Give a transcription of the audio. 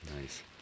Nice